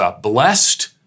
blessed